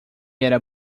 era